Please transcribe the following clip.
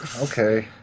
Okay